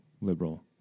liberal